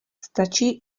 stačí